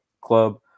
club